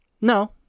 No